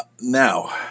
Now